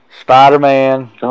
Spider-Man